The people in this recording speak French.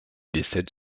décède